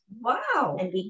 Wow